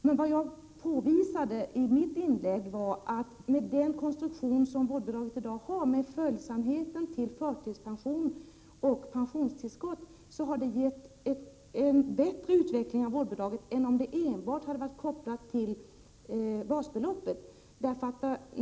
Men vad jag påvisade i mitt inlägg var att den konstruktion som vårdbidraget i dag har, med följsamhet till förtidspension och pensionstillskott, har gett en bättre utveckling av vårdbidraget än om det enbart hade varit kopplat till basbeloppet.